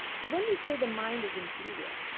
so when we say the mind is inferior,